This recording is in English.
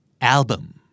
Album